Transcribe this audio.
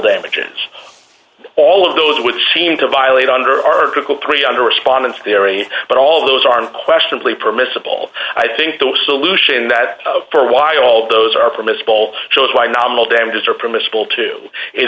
damages all of those would seem to violate under article three under respondents theory but all those aren't questionably permissible i think the solution that for why all those are permissible shows why nominal damages are permissible to it